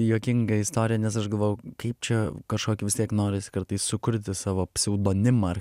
juokinga istorija nes aš galvojau kaip čia kažkokį vis tiek norisi kartais sukurti savo pseudonimą ar